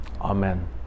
Amen